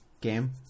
game